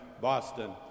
Boston